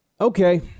Okay